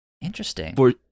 Interesting